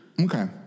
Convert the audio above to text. Okay